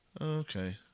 Okay